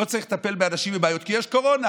לא צריך לטפל באנשים עם בעיות כי יש קורונה,